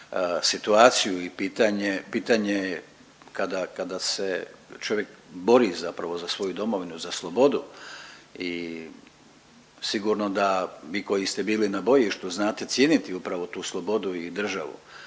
situaciju i pitanje i pitanje kada se čovjek bori zapravo za svoju domovinu, za slobodu i sigurno da vi koji ste bili na bojištu znate cijeniti upravo tu slobodu i državu.